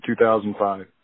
2005